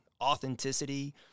authenticity